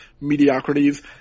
mediocrities